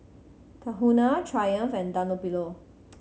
Tahuna Triumph and Dunlopillo